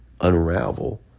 unravel